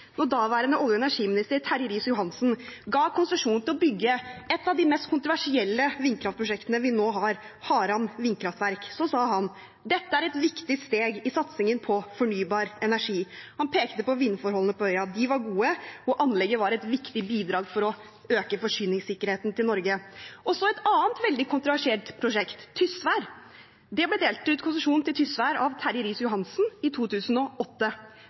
daværende olje- og energiminister Terje Riis-Johansen ga konsesjon til å bygge et av de mest kontroversielle vindkraftprosjektene vi nå har, Haram vindkraftverk, sa han at dette «er et viktig steg i satsingen på fornybar energi.» Han pekte på at vindforholdene på øya var gode, og at anlegget var et viktig bidrag for å øke forsyningssikkerheten i Norge. Også til et annet veldig kontroversielt prosjekt, Tysvær, ble det delt ut konsesjon av Terje Riis-Johansen, i 2008.